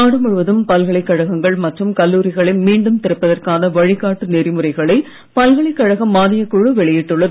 நாடு முழுவதும் பல்கலைக் கழகங்கள் மற்றும் கல்லூரிகளை மீண்டும் திறப்பதற்கான வழிகாட்டு நெறிமுறைகளை பல்கலைக்கழக மானியக் குழு வெளியிட்டுள்ளது